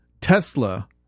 Tesla